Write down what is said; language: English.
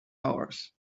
hours